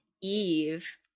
eve